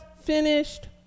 finished